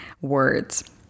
words